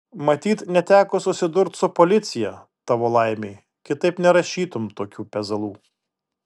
matyt neteko susidurt su policija tavo laimei kitaip nerašytum tokių pezalų